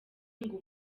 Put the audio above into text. ngo